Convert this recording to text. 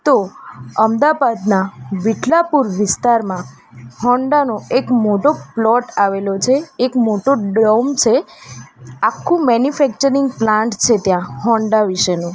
તો અમદાવાદના વિઠલાપુર વિસ્તારમાં હૉન્ડાનો એક મોટો પ્લૉટ આવેલો છે એક મોટો ડોમ છે આખું મૅન્યુફેક્ચરિંગ પ્લાન્ટ છે ત્યાં હૉન્ડા વિશેનો